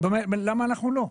למה אנחנו לא?